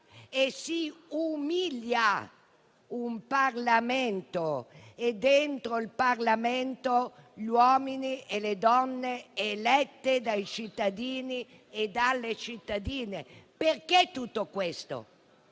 e si umilia un Parlamento e, dentro il Parlamento, gli uomini e le donne elette dai cittadini e dalle cittadine. Perché tutto questo?